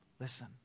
Listen